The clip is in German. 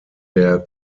der